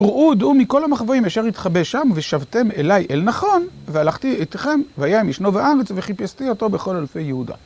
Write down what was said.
ראו, דעו מכל המחווים, אפשר להתחבא שם, ושבתם אליי אל נכון, והלכתי איתכם, והיה עם ישנוב האמץ, וחיפשתי אותו בכל אלפי יהודה.